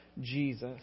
Jesus